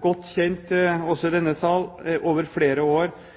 godt kjent også i